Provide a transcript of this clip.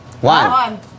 One